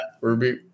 Ruby